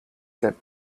that